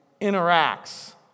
interacts